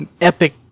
epic